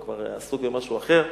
הוא כבר עסוק במשהו אחר.